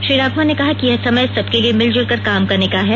श्री राघवन ने कहा कि यह समय सबके लिए मिलजुल कर काम करने का है